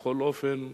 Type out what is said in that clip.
בכל אופן,